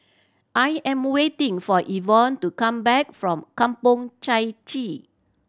I am waiting for Yvonne to come back from Kampong Chai Chee